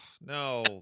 no